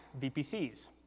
VPCs